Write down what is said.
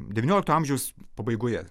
devyniolikto amžiaus pabaigoje